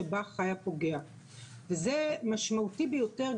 שבה חי הפוגע וזה משמעותי ביותר,